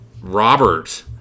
Robert